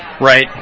Right